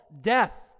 Death